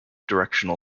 directional